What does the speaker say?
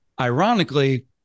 Ironically